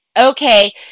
okay